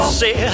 say